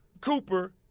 Cooper